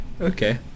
okay